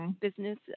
business